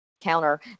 counter